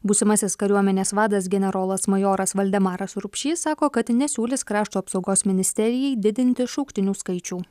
būsimasis kariuomenės vadas generolas majoras valdemaras rupšys sako kad nesiūlys krašto apsaugos ministerijai didinti šauktinių skaičių